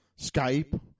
Skype